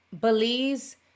Belize